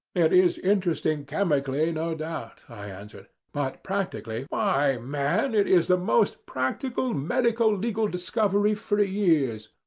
it is interesting, chemically, no doubt, i answered, but practically why, man, it is the most practical medico-legal discovery for ah years.